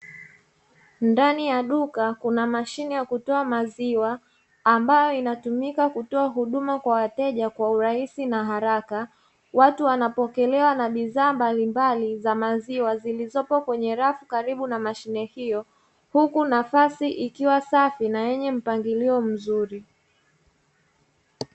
Ndani ya duka kuna mashine ya kutoa maziwa ambayo inatumika kutoa huduma kwa wateja kwa urahisi na haraka, watu wanapokelewa na bidhaa mbalimbali za maziwa zilizopo kwenye rafu karibu na mashine hiyo, huku nafasi ikiwa safi na yenye mpangilio mzuri.